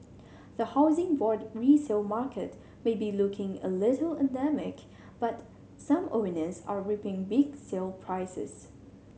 the Housing Board resale market may be looking a little anaemic but some owners are reaping big sale prices